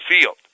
field